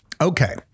Okay